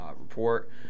report